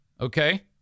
Okay